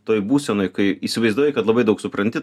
toj būsenoj kai įsivaizdavai kad labai daug supranti